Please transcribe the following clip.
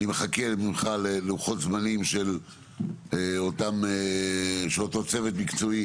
אני מחכה ממך ללוחות זמנים של אותו צוות מקצועי